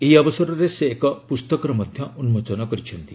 ଏହି ଅବସରରେ ସେ ଏକ ପୁସ୍ତକର ମଧ୍ୟ ଉନ୍ଜୋଚନ କରିଛନ୍ତି